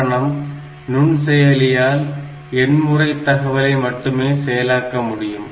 காரணம் நுண்செயலியால் எண்முறை தகவலை மட்டுமே செயலாக்க முடியும்